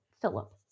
Philip